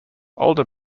older